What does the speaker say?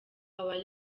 our